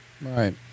right